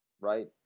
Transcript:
right